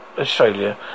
Australia